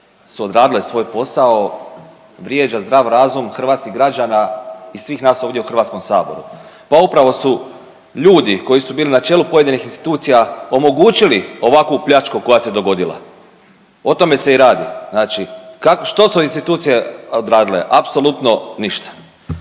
su odradile svoj posao vrijeđa zdrav razum hrvatskih građana i svih nas ovdje u HS-u. Pa upravo su ljudi koji su bili na čelu pojedinih institucija omogućili ovakvu pljačku koja se dogodila, o tome se i radi. Znači što su odradile? Apsolutno ništa.